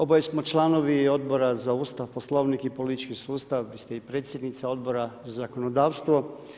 Oboje smo članovi Odbora za Ustav, Poslovnik i politički sustav, vi ste i predsjednica Odbora za zakonodavstvo.